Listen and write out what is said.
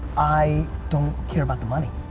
i don't care about the money,